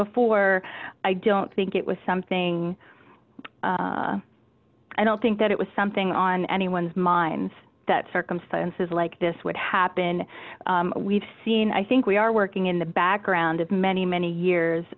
before i don't think it was something i don't think that it was something on anyone's mind that circumstances like this would happen we've seen i think we are working in the background of many many years